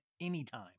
anytime